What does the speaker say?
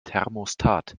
thermostat